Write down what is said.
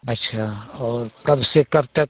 अच्छा और कब से कब तक